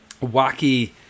wacky